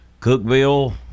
Cookville